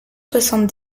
soixante